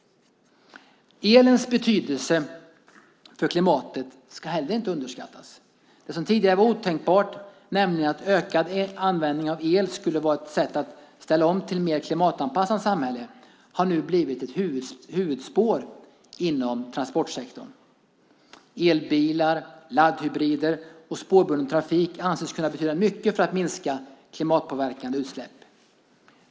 Elens betydelse för klimatet ska heller inte underskattas. Det som tidigare var otänkbart, nämligen att ökad användning av el skulle vara ett sätt att ställa om till ett mer klimatanpassat samhälle, har nu blivit ett huvudspår inom transportsektorn. Elbilar, laddhybrider och spårbunden trafik anses kunna betyda mycket för att minska klimatpåverkande utsläpp.